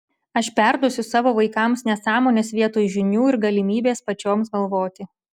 aš perduosiu savo vaikams nesąmones vietoj žinių ir galimybės pačioms galvoti